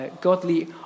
Godly